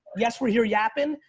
yes we're here yapping,